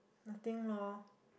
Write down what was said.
nothing loh